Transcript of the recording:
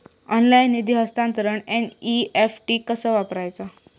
Online निधी हस्तांतरणाक NEFT कसा वापरायचा?